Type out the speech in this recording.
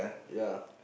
ya